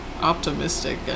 optimistic